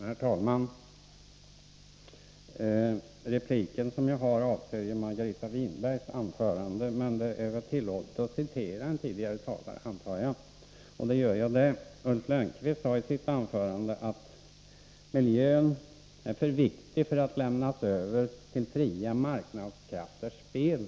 Herr talman! Min replik avser Margareta Winbergs anförande, men jag antar att det är tillåtet att citera en tidigare talare. Ulf Lönnqvist sade i sitt anförande att miljön är för viktig för att lämnas över till fria marknadskrafters spel.